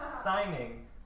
signing